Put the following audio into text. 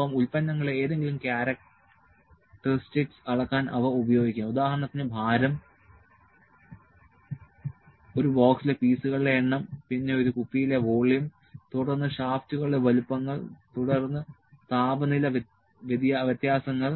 ഒപ്പം ഉൽപ്പന്നങ്ങളുടെ ഏതെങ്കിലും ക്യാരക്ട്റിസ്റ്റിക്സ് അളക്കാൻ അവ ഉപയോഗിക്കാം ഉദാഹരണത്തിന് ഭാരം ഒരു ബോക്സിലെ പീസുകളുടെ എണ്ണം പിന്നെ ഒരു കുപ്പിയിലെ വോളിയം തുടർന്ന് ഷാഫ്റ്റുകളുടെ വലുപ്പങ്ങൾ തുടർന്ന് താപനില വ്യത്യാസങ്ങൾ